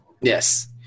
yes